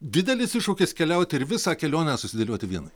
didelis iššūkis keliauti ir visą kelionę susidėlioti vienai